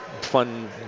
fun